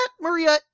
Maria